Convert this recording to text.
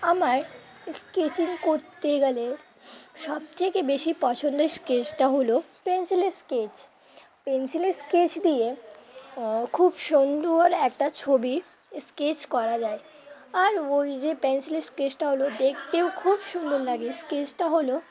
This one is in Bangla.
আমার স্কেচিং করতে গেলে সবথেকে বেশি পছন্দের স্কেচটা হলো পেন্সিলের স্কেচ পেন্সিলের স্কেচ দিয়ে খুব সুন্দর একটা ছবি স্কেচ করা যায় আর ওই যে পেন্সিলের স্কেচটা হলো দেখতেও খুব সুন্দর লাগে স্কেচটা হলো